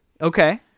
Okay